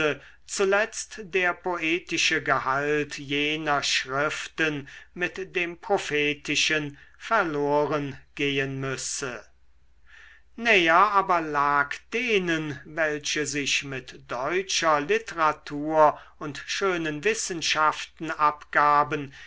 zuletzt der poetische gehalt jener schriften mit dem prophetischen verloren gehen müsse näher aber lag denen welche sich mit deutscher literatur und schönen wissenschaften abgaben